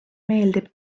meeldib